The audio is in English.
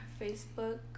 Facebook